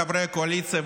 חברי הקואליציה,